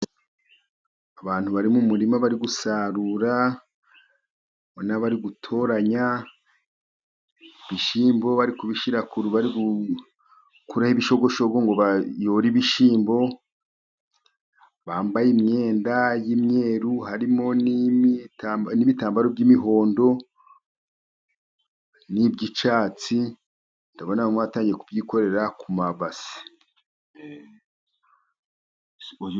Abantu bari mu murima bari gusarura n'abari gutoranya ibishyimbo, bari kubishyira kuri bari gukuraho ibishogoshogo ngo bayore ibishyimbo, bambaye imyenda y'imyeru harimo n'ibitambaro by'imihondo n'iby'icyatsi. Ndabona bamwe batangiye kubyikorera ku mabase.